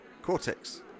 Cortex